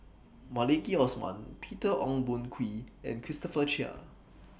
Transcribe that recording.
Maliki Osman Peter Ong Boon Kwee and Christopher Chia